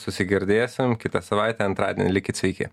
susigirdėsem kitą savaitę antradienį likit sveiki